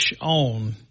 on